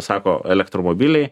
sako elektromobiliai